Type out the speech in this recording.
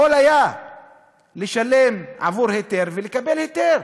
יכול היה לשלם עבור היתר ולקבל היתר.